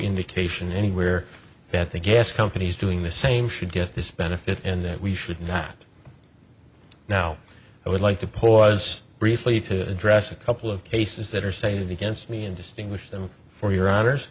indication anywhere that the gas companies doing the same should get this benefit and that we should not now i would like to pour was briefly to address a couple of cases that are saved against me and distinguish them for your hono